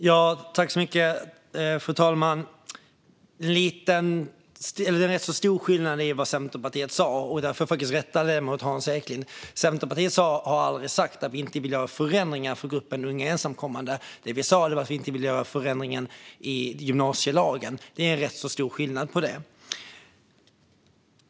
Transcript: Fru talman! Det är rätt stor skillnad när det gäller vad Centerpartiet sa, så där får jag faktiskt rätta Hans Eklind. Centerpartiet har aldrig sagt att vi inte vill göra förändringar för gruppen unga ensamkommande, utan det vi sa var att vi inte vill göra förändringar i gymnasielagen. Det är rätt stor skillnad.